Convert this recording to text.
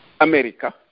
America